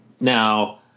now